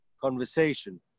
conversation